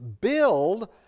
build